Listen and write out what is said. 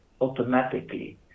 automatically